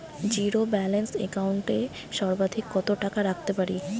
Zero balance account এ সর্বাধিক কত টাকা রাখতে পারি?